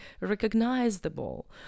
recognizable